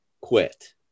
quit